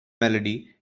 melody